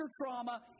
trauma